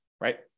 right